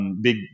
big